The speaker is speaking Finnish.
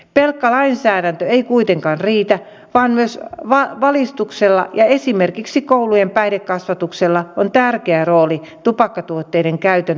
pelkkä lainsäädäntö ei kuitenkaan riitä vaan myös valistuksella ja esimerkiksi koulujen päihdekasvatuksella on tärkeä rooli tupakkatuotteiden käytön vähentämisessä